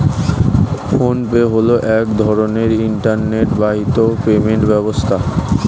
phone pay হলো এক ধরনের ইন্টারনেট বাহিত পেমেন্ট ব্যবস্থা